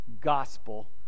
gospel